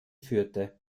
führte